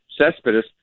Cespedes